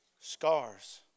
Scars